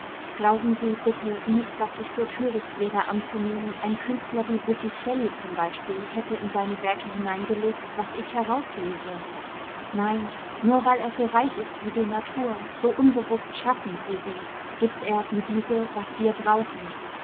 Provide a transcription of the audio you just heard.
glauben sie bitte nicht daß ich so töricht wäre anzunehmen ein künstler wie botticelli zum beispiel hätte in seine werke hineingelegt was ich herauslese nein nur weil er so reich ist wie die natur so unbewußt schaffend wie sie gibt er wie diese was wir brauchen